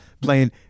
playing